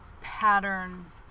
pattern